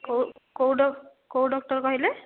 କେଉଁ କେଉଁ ଡକ୍ଟର କହିଲେ